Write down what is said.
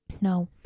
No